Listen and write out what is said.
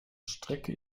strecke